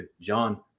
John